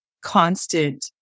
constant